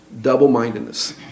double-mindedness